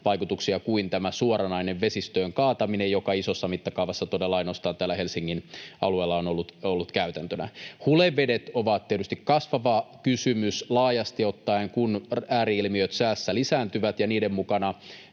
tämä suoranainen vesistöön kaataminen, joka isossa mittakaavassa todella ainoastaan täällä Helsingin alueella on ollut käytäntönä. Hulevedet ovat tietysti kasvava kysymys laajasti ottaen, kun ääri-ilmiöt säässä lisääntyvät ja niiden mukana